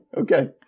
Okay